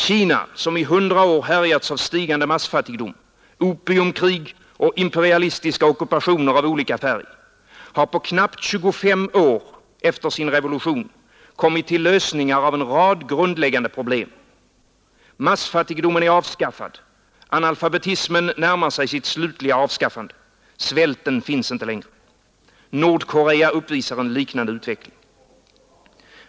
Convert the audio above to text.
Kina, som i hundra år härjats av stigande massfattigdom, opiumkrig och imperialistiska ockupationer av olika färg, har knappt 25 år efter sin revolution kommit till lösningar av en rad grundläggande problem. Massfattigdomen är avskaffad, analfabetismen närmar sig sitt slutliga avskaffande, svälten finns inte längre. Nordkorea uppvisar en liknande utveckling.